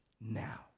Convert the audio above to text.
Now